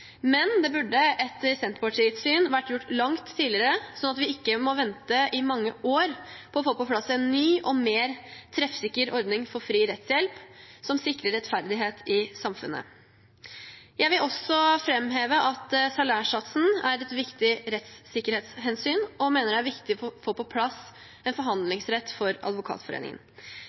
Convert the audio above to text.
men det burde etter Senterpartiets syn vært gjort langt tidligere, sånn at vi ikke må vente i mange år på å få på plass en ny og mer treffsikker ordning for fri rettshjelp, som sikrer rettferdighet i samfunnet. Jeg vil også framheve at salærsatsen er et viktig rettssikkerhetshensyn og mener det er viktig å få på plass en forhandlingsrett for